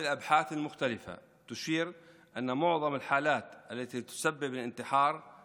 לפי מחקרים שונים רואים שאפשר לטפל ברוב הדברים שגורמים להתאבדות.